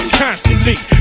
constantly